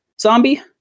zombie